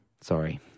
sorry